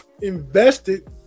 Invested